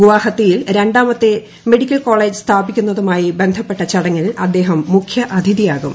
ഗുവാഹത്തിയിൽ രണ്ടാമത്തെ medical college സ്ഥാപിക്കുന്നതുമായി ബന്ധപ്പെട്ട ചടങ്ങിൽ അദ്ദേഹം മുഖ്യ അതിഥിയാകും